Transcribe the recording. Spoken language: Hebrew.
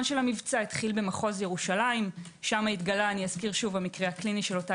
של המבצע התחיל במחוז ירושלים שם התגלה המקרה הקליני של אותה